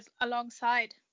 alongside